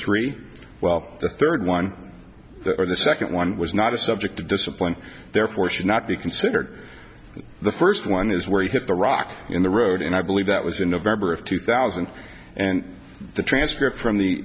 three well the third one or the second one was not a subject of discipline therefore should not be considered the first one is where he hit the rock in the road and i believe that was in november of two thousand and the transcript from the